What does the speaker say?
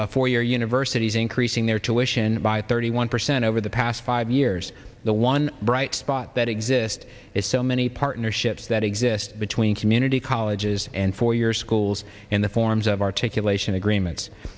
four year universities increasing their tuition by thirty one percent over the past five years the one bright spot that exists is so many partnerships that exist between community colleges and four year schools in the forms of articulation agreements